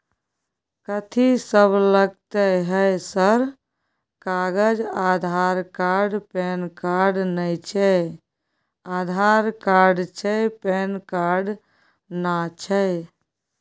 कथि सब लगतै है सर कागज आधार कार्ड पैन कार्ड नए छै आधार कार्ड छै पैन कार्ड ना छै?